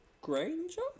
Granger